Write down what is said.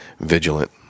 vigilant